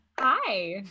Hi